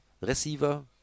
receiver